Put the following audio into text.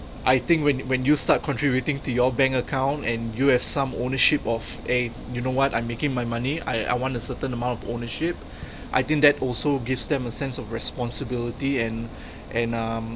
I think when when you start contributing to your bank account and you have some ownership of eh you know what I'm making my money I I want a certain amount of ownership I think that also gives them a sense of responsibility and and um